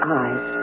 eyes